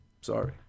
Sorry